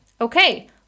okay